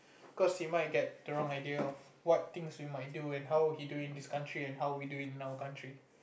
cause he might get wrong idea of what things we might do and how he do in his country and how we do in our country